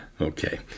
Okay